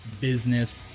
business